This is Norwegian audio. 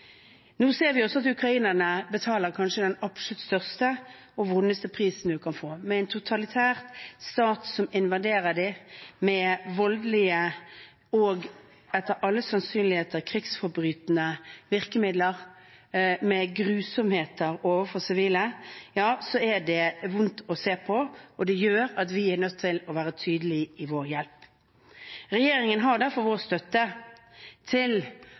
Nå ser vi også at ukrainerne betaler kanskje den absolutt største og vondeste prisen man kan gjøre, med en totalitær stat som invaderer dem med voldelige og etter all sannsynlighet krigsforbryterske virkemidler, med grusomheter overfor sivile. Det er vondt å se på, og det gjør at vi er nødt til å være tydelige i vår hjelp. Regjeringen har derfor vår støtte til